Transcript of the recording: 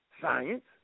Science